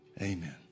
Amen